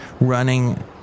running